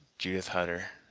judith hutter!